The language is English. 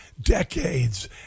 decades